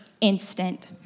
instant